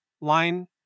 line